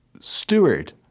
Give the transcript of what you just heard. steward